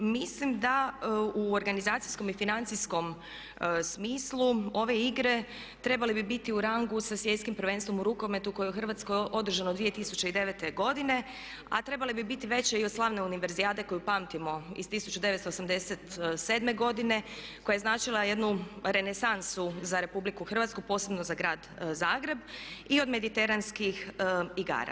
Mislim da u organizacijskom i financijskom smislu ove igre trebale bi biti u rangu sa svjetskim prvenstvom u rukometu koje je u Hrvatskoj održano 2009.godine a trebale bi biti veće i od slavne univerzijade koju pamtimo iz 1987.godine koja je značila jednu renesansu za RH, posebno za grad Zagreb i od mediteranskih igara.